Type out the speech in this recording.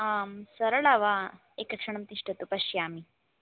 आं सरला वा एकक्षणं तिष्ठतु पश्यामि